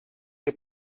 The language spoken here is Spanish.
que